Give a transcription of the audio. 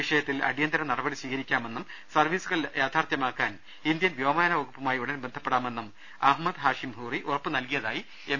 വിഷയത്തിൽ അടിയന്തിര നടപടികൾ സ്വീകരിക്കാമെന്നും സർവ്വീസുകൾ യാഥാർത്ഥ്യമാക്കാൻ ഇന്ത്യൻ വ്യോമയാന വകുപ്പുമായ് ഉടൻ ബന്ധപ്പെടാമെന്നും അഹമ്മദ് ഹാഷിം ഹൂറി ഉറപ്പ് നൽകിയതായി എം